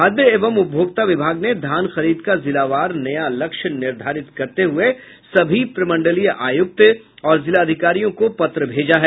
खाद्य एवं उपभोक्ता विभाग ने धान खरीद का जिलावर नया लक्ष्य निर्धारित करते हुए सभी प्रमंडलीय आयुक्त और जिलाधिकारियों को पत्र भेजा है